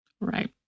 Right